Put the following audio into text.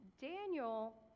Daniel